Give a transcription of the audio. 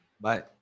Bye